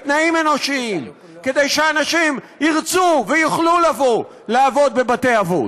בתנאים אנושיים כדי שאנשים ירצו ויוכלו לבוא לעבוד בבתי-אבות?